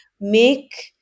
make